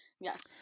yes